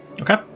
Okay